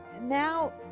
now,